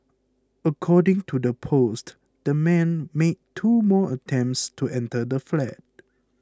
according to the post the man made two more attempts to enter the flat